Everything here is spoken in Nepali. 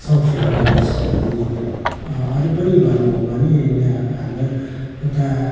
साउथफिल्ड कलेज अनि अरू पनि भन्नु हो भने यहाँ हाम्रै उता